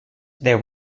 there